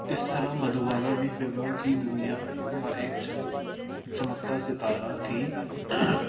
اس طرح مدھوا بھی فلموں کی دنیا کا ایک چ چمکتاہ ستارہ تھیں